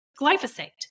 glyphosate